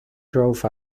drove